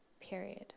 Period